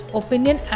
opinion